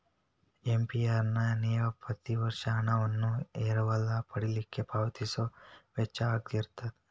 APR ನ ನೇವ ಪ್ರತಿ ವರ್ಷ ಹಣವನ್ನ ಎರವಲ ಪಡಿಲಿಕ್ಕೆ ಪಾವತಿಸೊ ವೆಚ್ಚಾಅಗಿರ್ತದ